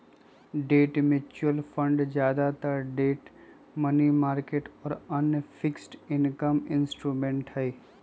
debt mutual fund ज्यादातर debt, money market और अन्य फिक्स्ड इनकम इंस्ट्रूमेंट्स हई